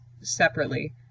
separately